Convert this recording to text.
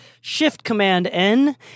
Shift-Command-N